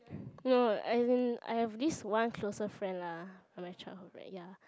no as in I have this one closer friend lah from my childhood right ya